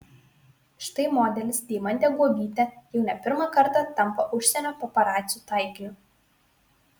štai modelis deimantė guobytė jau ne pirmą kartą tampa užsienio paparacių taikiniu